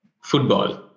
football